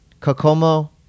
Kokomo